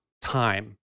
time